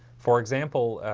for example,